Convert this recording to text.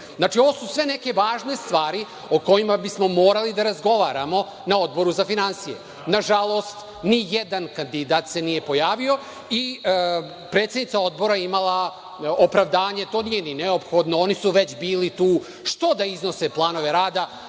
ceh. Znači, ovo su sve neke važne stvari o kojima bismo morali da razgovaramo na Odboru za finansije. Nažalost, nijedan kandidat se nije pojavio i predsednica Odbora je imala opravdanje, to nije ni neophodno, oni su već bili tu, što da iznose planove rada?